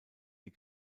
die